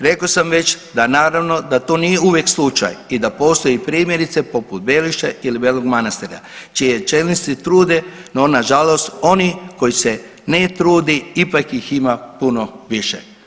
Rekao sam već da naravno da to nije uvijek slučaj i da postoji primjerice poput Belišća ili Belog Manastira čiji čelnici se trude, no nažalost oni koji se ne trudi ipak ih ima puno više.